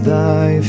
Thy